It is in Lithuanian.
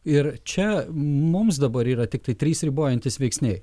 ir čia mums dabar yra tiktai trys ribojantys veiksniai